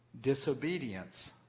Disobedience